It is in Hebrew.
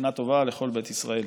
שנה טובה לכל בית ישראל.